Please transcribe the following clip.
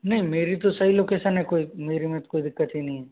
नहीं मेरी तो सही लोकेसन है कोई मेरे में तो कोई दिक्कत ही नहीं है